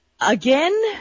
again